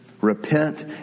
Repent